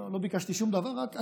לא ביקשתי שום דבר, רק הכרה.